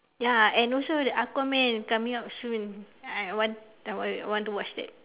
ya and also the Aquaman is coming out soon I want I want to watch that